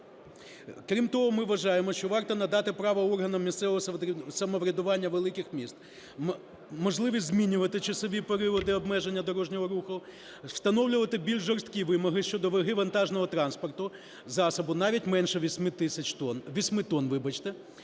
Крім того, ми вважаємо, що варто надати право органам місцевого самоврядування великих міст можливість змінювати часові періоди обмеження дорожнього руху, встановлювати більш жорсткі вимоги щодо ваги вантажного транспорту (засобу) навіть менше 8 тисяч